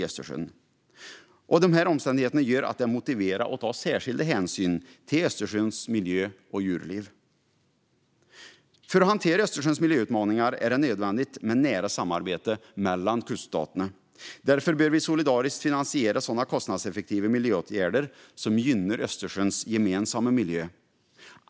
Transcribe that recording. Dessa omständigheter gör att det är motiverat att ta särskilda hänsyn till Östersjöns miljö och djurliv. För att hantera Östersjöns miljöutmaningar är det nödvändigt med ett nära samarbete mellan kuststaterna. Därför bör vi solidariskt finansiera sådana kostnadseffektiva miljöåtgärder som gynnar Östersjöns gemensamma miljö.